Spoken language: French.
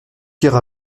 ira